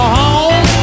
home